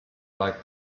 like